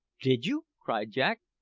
did you? cried jack.